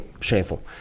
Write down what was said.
shameful